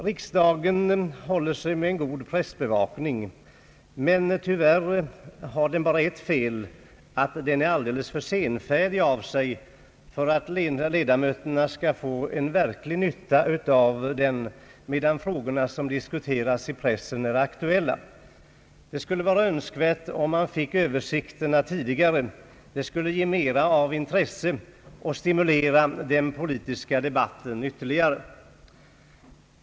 Riksdagen håller sig med en god pressbevakning, men tyvärr har den ett fel — den är alldeles för senfärdig för att ledamöterna skall få en verklig nytta av den medan frågorna som diskuteras i pressen är aktuella. Det skulle vara önskvärt, om man fick översikterna tidigare. Det skulle ge mera av intresse och skulle stimulera den politiska debatten ytterligare.